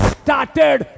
started